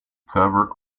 cover